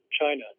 China